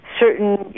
certain